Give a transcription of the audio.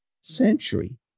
century